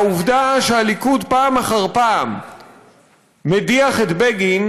העובדה שהליכוד פעם אחר פעם מדיח את בגין